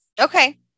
Okay